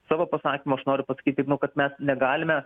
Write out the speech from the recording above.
savo pasakymu noriu pasakyti kad mes negalime